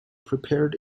prepared